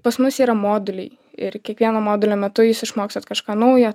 pas mus yra moduliai ir kiekvieno modulio metu jūs išmokstat kažką naujo